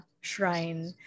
shrine